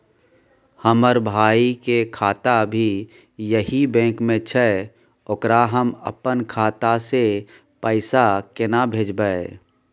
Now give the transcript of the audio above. हमर भाई के खाता भी यही बैंक में छै ओकरा हम अपन खाता से पैसा केना भेजबै?